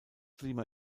klima